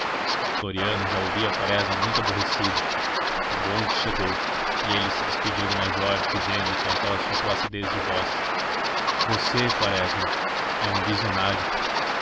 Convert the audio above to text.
floriano já ouvia quaresma muito aborrecido o bonde chegou ele se despediu do major dizendo com aquela sua placidez de voz você quaresma é um visionário